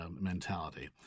mentality